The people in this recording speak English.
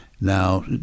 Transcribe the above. now